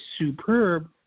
superb